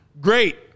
Great